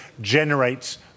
generates